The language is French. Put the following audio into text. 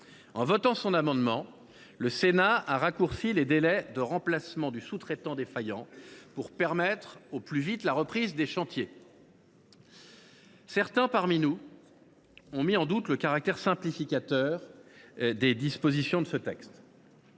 En votant son amendement, le Sénat a raccourci les délais de remplacement du sous traitant défaillant pour permettre au plus vite la reprise des chantiers. Certains parmi nous ont mis en doute le caractère simplificateur des dispositions de ce texte.